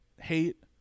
hate